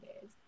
days